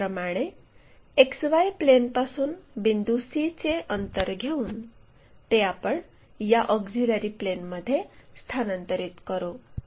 त्याचप्रमाणे XY प्लेनपासून बिंदू c चे अंतर घेऊन ते आपण या ऑक्झिलिअरी प्लेनमध्ये स्थानांतरीत करू